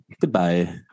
Goodbye